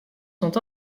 sont